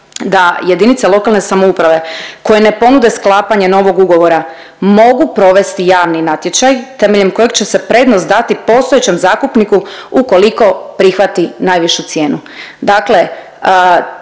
jedna odredba da JLS koje ne ponude sklapanje novog ugovora mogu provesti javni natječaj temeljem kojeg će se prednost dati postojećem zakupniku ukoliko prihvati najvišu cijenu,